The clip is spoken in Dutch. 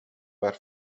waar